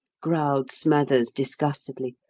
growled smathers, disgustedly.